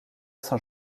saint